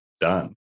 done